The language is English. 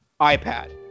ipad